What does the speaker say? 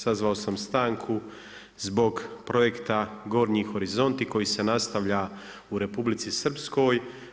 Sazvao sam stanku zbog projekta Gornji horizonti koji se nastavlja u Republici Srpskoj.